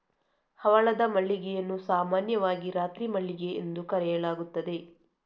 ಹವಳದ ಮಲ್ಲಿಗೆಯನ್ನು ಸಾಮಾನ್ಯವಾಗಿ ರಾತ್ರಿ ಮಲ್ಲಿಗೆ ಎಂದು ಕರೆಯಲಾಗುತ್ತದೆ